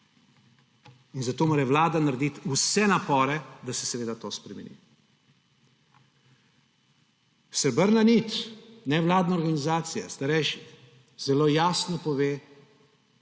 in zato mora vlada narediti vse napore, da se seveda to spremeni. Srebrna nit, nevladna organizacija starejših, zelo jasno pove,